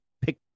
pick